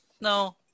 no